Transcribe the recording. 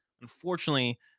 unfortunately